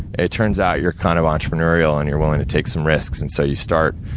it turns out you're kind of entrepreneurial, and you're willing to take some risks, and so, you start